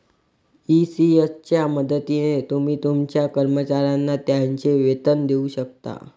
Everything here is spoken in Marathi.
ई.सी.एस च्या मदतीने तुम्ही तुमच्या कर्मचाऱ्यांना त्यांचे वेतन देऊ शकता